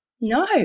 no